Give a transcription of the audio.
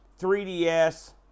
3DS